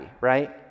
right